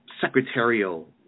secretarial